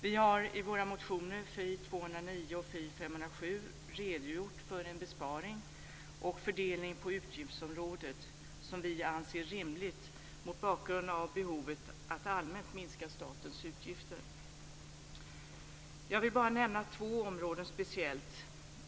Vi har i våra motioner Fi209 och Fi507 redogjort för en besparing och fördelning på utgiftsområdet som vi anser rimliga mot bakgrund av behovet att allmänt minska statens utgifter. Jag vill bara nämna två områden speciellt.